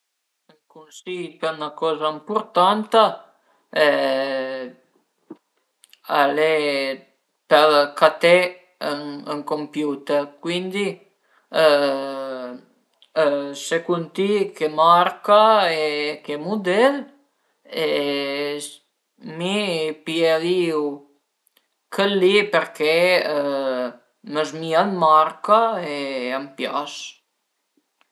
Ün cunsi-i për 'na coza ëmpurtata al e për caté ün computer, cuindi secund ti che marca e che mudel e mi piarìu chël li perché a m'zmìa d'marca e a m'pias